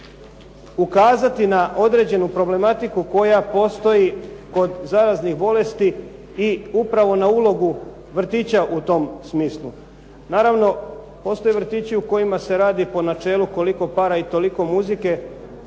ukazati na određenu problematiku koja postoji kod zaraznih bolesti i upravo na ulogu vrtića u tom smislu. Naravno, postoje vrtići u kojima se radi po načelu “koliko para, toliko i muzike“,